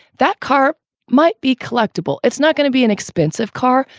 that car might be collectible. it's not going to be an expensive car,